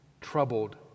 troubled